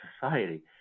society